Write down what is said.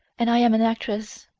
and i am an actress.